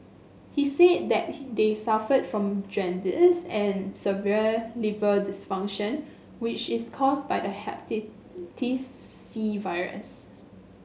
he said that they suffered from jaundice and severe liver dysfunction which is caused by the Hepatitis C virus